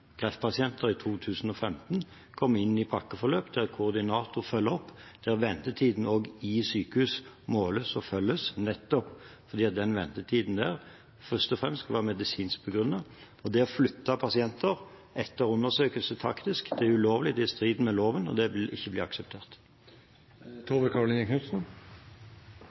kreftpasienter kom i 2015 inn i pakkeforløp, der koordinator følger opp, og der ventetiden også i sykehus måles og følges, nettopp fordi den ventetiden først og fremst skal være medisinsk begrunnet. Det å flytte pasienter etter undersøkelse taktisk er ulovlig, det er i strid med loven, og det vil ikke bli akseptert. Dette er en debatt som vi helt klart kommer tilbake til, for det